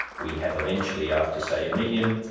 we have eventually, after, say a million,